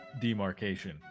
demarcation